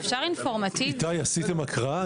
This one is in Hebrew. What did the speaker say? איתי, עשיתם הקראה?